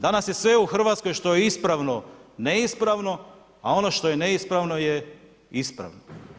Danas je sve u Hrvatskoj što je ispravno neispravno, a ono što je neispravno je ispravno.